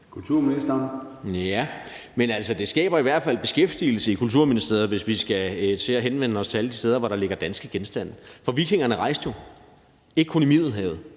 Altså, det skaber i hvert fald beskæftigelse i Kulturministeriet, hvis vi skal henvende os til alle de steder, hvor der ligger danske genstande. For vikingerne rejste jo – ikke kun i Middelhavet,